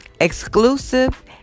Exclusive